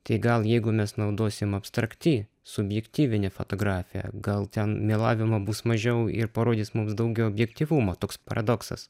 tai gal jeigu mes naudosim abstrakti subjektyvinė fotografija gal ten melavimo bus mažiau ir parodys mums daugiau objektyvumo toks paradoksas